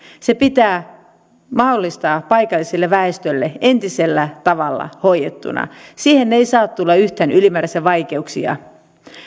pitää mahdollistaa paikalliselle väestölle entisellä tavalla hoidettuna siihen ei saa tulla yhtään ylimääräisiä vaikeuksia